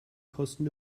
kosten